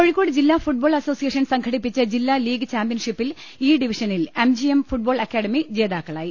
കോഴിക്കോട് ജില്ലാ football association സംഘടിപ്പിച്ച ജില്ലാ ലീഗ് ചാംപ്യൻഷിപ്പിൽ ഇ ഡിവിഷനിൽ M G M football academy ജേതാക്കളായി